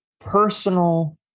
personal